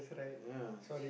ya